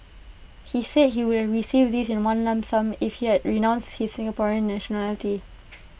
he said he would have received this in one lump sum if he had renounced his Singaporean nationality